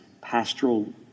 pastoral